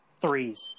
threes